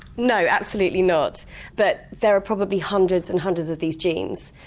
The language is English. no, absolutely not but there are probably hundreds and hundreds of these genes.